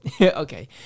Okay